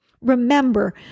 Remember